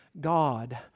God